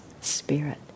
spirit